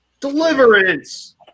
Deliverance